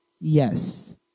Yes